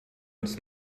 uns